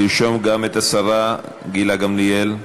גם השרה גילה גמליאל,